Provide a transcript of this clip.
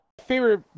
favorite